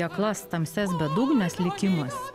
į aklas tamsias bedugnes likimas